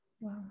Wow